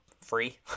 free